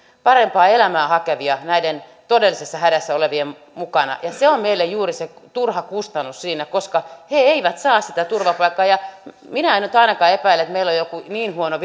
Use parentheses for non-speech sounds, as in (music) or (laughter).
parempaa elämää hakevia näiden todellisessa hädässä olevien mukana ja se on meille juuri se turha kustannus siinä koska he eivät saa sitä turvapaikkaa ja minä en nyt ainakaan epäile että meillä joku virkakoneisto on niin huono (unintelligible)